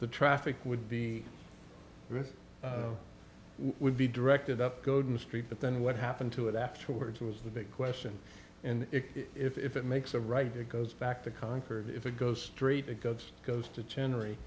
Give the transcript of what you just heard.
the traffic would be this would be directed up goeden street but then what happened to it afterwards was the big question and if it makes a right it goes back to concord if it goes straight it goes goes to generate